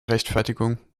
rechtfertigung